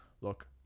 look